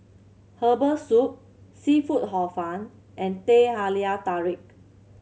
herbal soup seafood Hor Fun and Teh Halia Tarik